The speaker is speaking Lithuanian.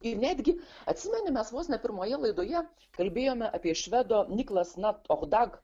tai netgi atsimeni mes vos ne pirmoje laidoje kalbėjome apie švedo niklas natt och dag